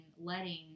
letting